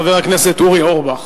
חבר הכנסת אורי אורבך.